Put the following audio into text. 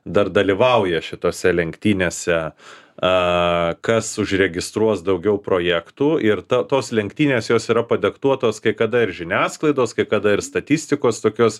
dar dalyvauja šitose lenktynėse a kas užregistruos daugiau projektų ir tos lenktynės jos yra padiktuotos kai kada ir žiniasklaidos kai kada ir statistikos tokios